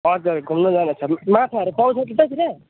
हजुर घुम्न जाने ठाउँ माछाहरू पाउँछ त्यतातिर